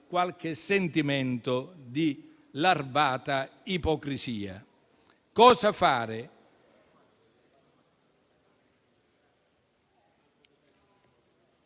qualche sentimento di larvata ipocrisia. Cosa fare?